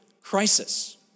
crisis